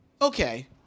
Okay